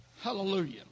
Hallelujah